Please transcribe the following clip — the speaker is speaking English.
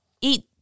eat